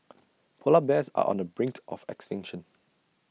Polar Bears are on the brink of extinction